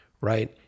right